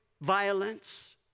violence